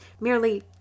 Merely